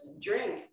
drink